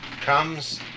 comes